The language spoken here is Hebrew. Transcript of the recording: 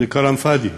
זה כלאם פאד'י,